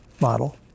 model